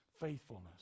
faithfulness